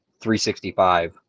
365